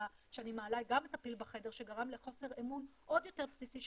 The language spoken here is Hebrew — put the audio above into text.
שאני מעלה גם את הפיל בחדר שגרם לחוסר אמון עוד יותר בסיסי,